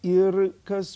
ir kas